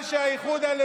זה חוק שלה.